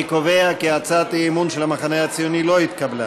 אני קובע כי הצעת האי-אמון של המחנה הציוני לא התקבלה.